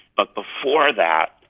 but before that,